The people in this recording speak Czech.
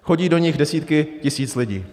Chodí do nich desítky tisíc lidí.